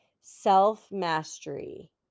Self-mastery